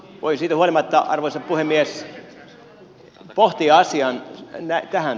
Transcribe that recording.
voisin vain että arvoisa puhemies pohtia asian tähän tapaan